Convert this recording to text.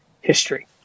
history